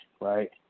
right